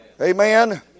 Amen